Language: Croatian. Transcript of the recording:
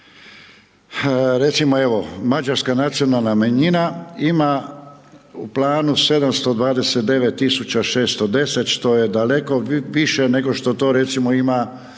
recimo evo Mađarska nacionalna manjina ima u planu 729 tisuća 610 kuna, što je daleko više nego što to recimo ima